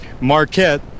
Marquette